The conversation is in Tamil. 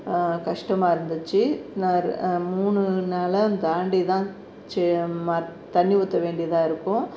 கஷ்டமாக இருந்துச்சு மூணு நிலம் தாண்டி தான் செ ம தண்ணி ஊற்ற வேண்டிதாக இருக்கும்